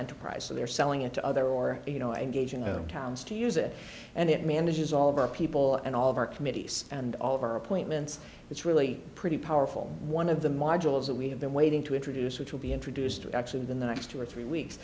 enterprise so they're selling it to other or you know engaging towns to use it and it manages all of our people and all of our committees and all of our appointments it's really pretty powerful one of the modules that we have been waiting to introduce which will be introduced actually within the next two or three weeks